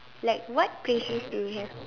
like what places do we have